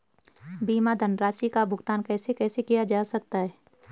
बीमा धनराशि का भुगतान कैसे कैसे किया जा सकता है?